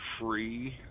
free